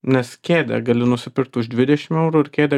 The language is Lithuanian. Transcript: nes kėdę gali nusipirkt už dvidešim eurų ir kėdę